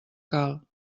cal